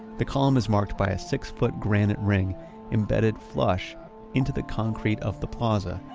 the column is marked by a six foot granite ring embedded flush into the concrete of the plaza.